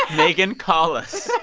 megyn, call us